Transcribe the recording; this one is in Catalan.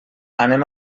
anem